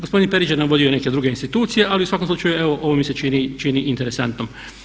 Gospodin Perić je navodio i neke druge institucije ali u svakom slučaju ovo mi se čini interesantnim.